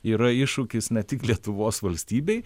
yra iššūkis ne tik lietuvos valstybei